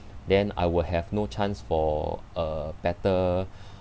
then I will have no chance for a better